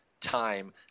time